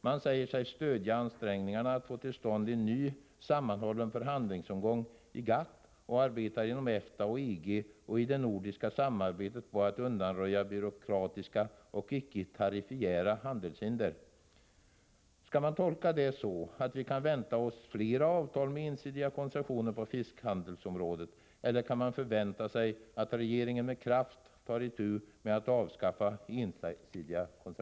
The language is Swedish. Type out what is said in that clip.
Man säger sig stödja ansträngningarna att få till stånd en ny sammanhållen förhandlingsomgång i GATT och arbeta inom EFTA och EG samt i det nordiska samarbetet på att Nr 68 undanröja byråkratiska och icke-tariffiära handelshinder. Skall man tolka